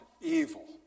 evil